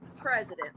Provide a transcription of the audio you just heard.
president